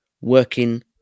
working